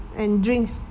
and drinks